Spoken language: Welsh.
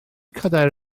cadair